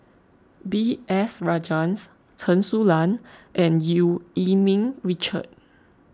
B S Rajhans Chen Su Lan and Eu Yee Ming Richard